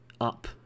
up